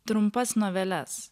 trumpas noveles